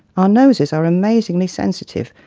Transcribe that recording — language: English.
our noses are amazingly sensitive,